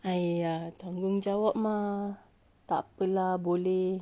!aiya! tanggungjawab mah tak apa lah boleh